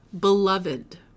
Beloved